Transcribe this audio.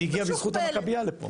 והיא בזכות המכביה לפה.